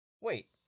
Wait